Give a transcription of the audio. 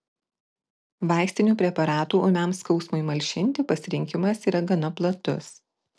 vaistinių preparatų ūmiam skausmui malšinti pasirinkimas yra gana platus